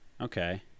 Okay